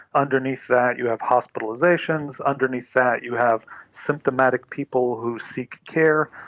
underneath that you have hospitalisations, underneath that you have symptomatic people who seek care,